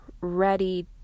ready